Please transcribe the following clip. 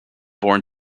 born